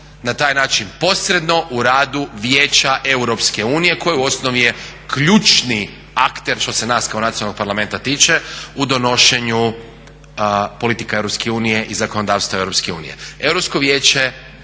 na taj način posredno u radu Vijeća EU koji je u osnovi ključni akter što se nas kao nacionalnog parlamenta tiče u donošenju politika EU i zakonodavstva EU. Europsko vijeće